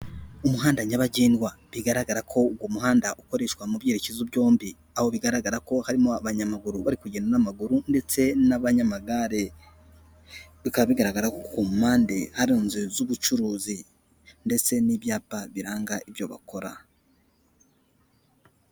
Umuhanda nyabagendwa bigaragara ko uwo muhanda ukoreshwa mu byerekezo byombi aho bigaragara ko harimo abanyamaguru bari kugenda n'amaguru ndetse n'abanyamagare bikaba bigaragara ku mpande arinze z'ubucuruzi ndetse n'ibyapa biranga ibyo bakora.